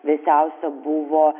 vėsiausia buvo